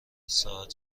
ساعت